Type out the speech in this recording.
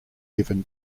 given